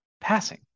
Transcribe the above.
passing